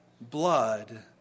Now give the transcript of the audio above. blood